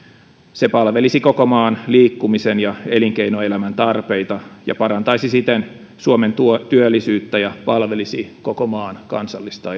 se palvelisi koko maan liikkumisen ja elinkeinoelämän tarpeita ja parantaisi siten suomen työllisyyttä ja palvelisi koko maan kansallista